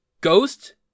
Ghost